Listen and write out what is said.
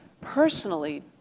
personally